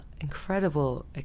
incredible